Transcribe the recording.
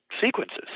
sequences